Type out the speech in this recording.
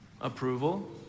approval